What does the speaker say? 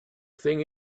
thing